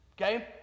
Okay